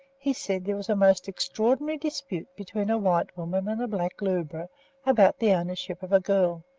he said there was a most extraordinary dispute between a white woman and a black lubra about the ownership of a girl,